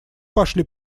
пошли